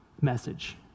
message